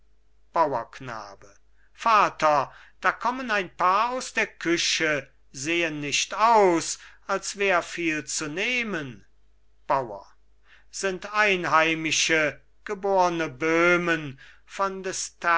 bauerknabe vater da kommen ein paar aus der küche sehen nicht aus als wär viel zu nehmen bauer sind einheimische geborene böhmen von